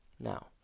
Now